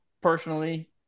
personally